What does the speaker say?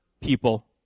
people